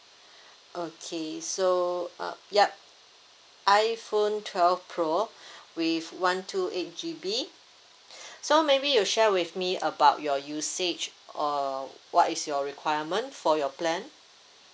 okay so uh yup iphone twelve pro with one two eight G_B so maybe you share with me about your usage or what is your requirement for your plan